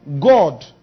God